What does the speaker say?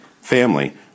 family